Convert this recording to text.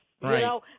right